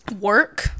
work